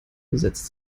besetzt